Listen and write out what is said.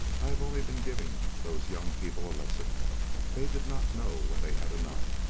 i have only been giving those young people a lesson they did not know when they had enough,